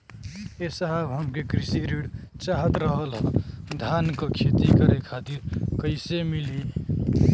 ए साहब हमके कृषि ऋण चाहत रहल ह धान क खेती करे खातिर कईसे मीली?